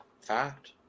Fact